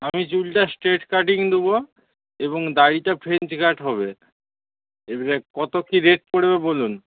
আমি চুলটা straight cutting দেবো এবং দাড়িটা ফ্রেঞ্চ কাট হবে এবারে কত কি রেট পড়বে বলুন